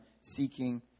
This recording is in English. seeking